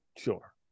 Sure